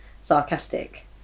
sarcastic